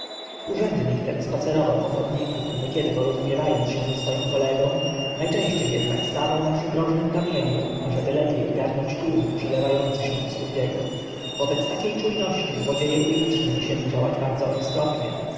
urzędnik ten spacerował po chodniku niekiedy porozumiewał się ze swoim kolegą najczęściej jednak stawał na przydrożnym kamieniu ażeby lepiej ogarnąć tłum przelewający się u stóp jego wobec takiej czujności złodzieje uliczni musieli działać bardzo roztropnie